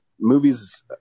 movies